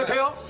you